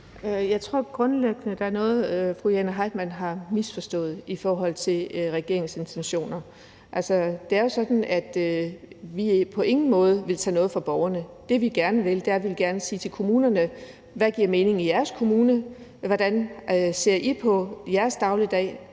Jeg tror grundlæggende, der er noget, fru Jane Heitmann har misforstået i forhold til regeringens intentioner. Altså, det er jo sådan, at vi på ingen måde vil tage noget fra borgerne. Det, vi gerne vil, er, at vi gerne vil sige til kommunerne: Hvad giver mening i jeres kommune? Hvordan ser I på jeres dagligdag?